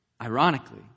ironically